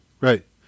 Right